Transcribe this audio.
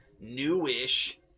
newish